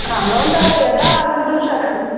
आं भवन्तः यदा आगन्तुं शक्